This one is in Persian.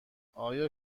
آیا